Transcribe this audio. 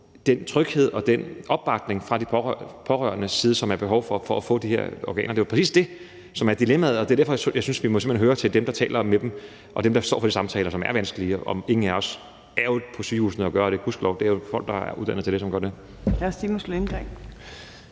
den tryghed og den opbakning fra de pårørendes side, som der er behov for for at få de her organer? Det er jo præcis det, som er dilemmaet, og det er derfor, jeg synes, vi må høre dem, der taler med dem, og som står for de samtaler, som er vanskelige, og gudskelov er det folk, som er uddannet til det, som gør det